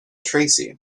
tracy